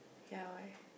ya why